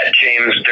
James